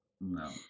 no